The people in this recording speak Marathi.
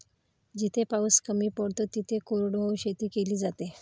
जिथे पाऊस कमी पडतो तिथे कोरडवाहू शेती केली जाते